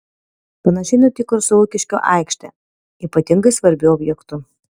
panašiai nutiko ir su lukiškių aikšte ypatingai svarbiu objektu